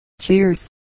Cheers